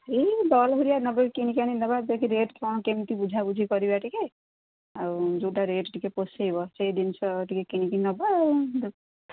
ଏଇ ଡ଼ଲ୍ ଭଳିଆ ନେବା କିଣିକି ଆଣି ନେବା ଯେକି ରେଟ୍ କ'ଣ କେମିତି ବୁଝାବୁଝି କରିବା ଟିକେ ଆଉ ଯେଉଁଟା ରେଟ୍ ଟିକେ ପୋଷେଇବ ସେଇ ଜିନିଷ ଟିକେ କିଣିକି ନବା